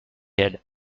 elle